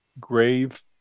grave